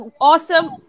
awesome